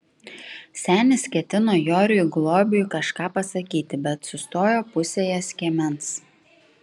senis ketino joriui globiui kažką pasakyti bet sustojo pusėje skiemens